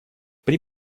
при